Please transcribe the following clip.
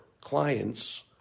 clients